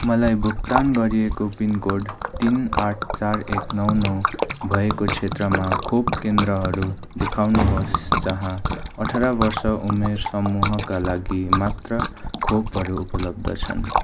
मलाई भुक्तान गरिएको पिनकोड तिन आठ चार एक नौ नौ भएको क्षेत्रमा खोपकेन्द्रहरू देखाउनुहोस् जहाँ अठार वर्ष उमेर समूहका लागि मात्र खोपहरू उपलब्ध छन्